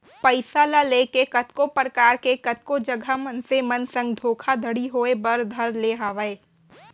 पइसा ल लेके कतको परकार के कतको जघा मनसे मन संग धोखाघड़ी होय बर धर ले हावय